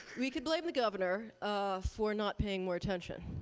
we could blame the governor um for not paying more attention.